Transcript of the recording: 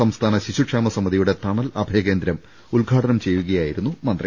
സംസ്ഥാന ശിശുക്ഷേമ സമിതിയുടെ തണൽ അഭയകേന്ദ്രം ഉദ്ഘാടനം ചെയ്യുകയായിരുന്നു മന്ത്രി